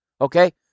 Okay